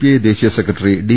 I ദേശീയ secretary D